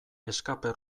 escape